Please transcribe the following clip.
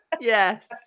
Yes